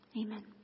Amen